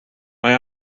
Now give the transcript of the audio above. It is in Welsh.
mae